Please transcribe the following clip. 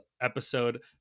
episode